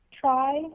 try